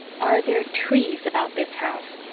are there trees about this house?